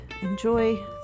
enjoy